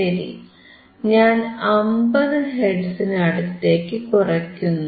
ശരി ഞാൻ 50 ഹെർട്സിനടുത്തേക്ക് കുറയ്ക്കുന്നു